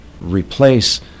replace